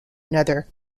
another